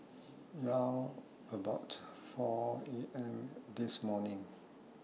round about four A M This morning